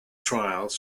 trials